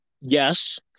Yes